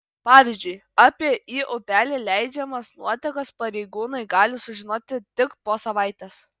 pavyzdžiui apie į upelį leidžiamas nuotekas pareigūnai gali sužinoti tik po savaitės